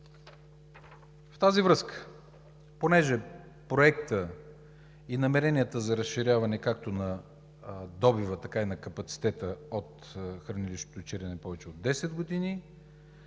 В тази връзка, тъй като проектът и намеренията за разширяване както на добива, така и на капацитета от хранилището в Чирен са на повече от 10 години,